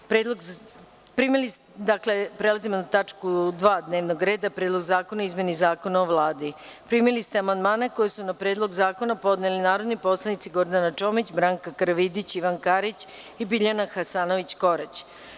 Prelazimo na 2. tačku dnevnog reda – PREDLOG ZAKONA O IZMENI ZAKONA O VLADI Primili ste amandmane koje su na Predlog zakona podneli narodni poslanici Gordana Čomić, Branka Karavidić, Ivan Karić i Biljana Hasanović Korać.